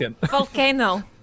volcano